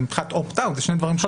אבל מבחינת opt outאלה שני דברים שונים.